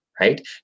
right